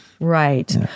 Right